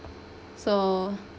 so